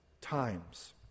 times